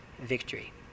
victory